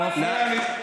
נא לא להפריע.